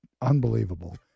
Unbelievable